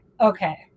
okay